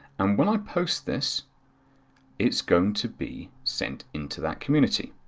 and when i post this, it is going to be sent into that community.